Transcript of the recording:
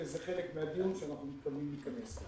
וזה חלק מהדיון שאנחנו מתכוונים להיכנס.